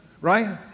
Right